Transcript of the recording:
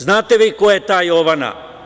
Znate vi ko je ta Jovana?